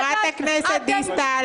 חברת הכנסת דיסטל,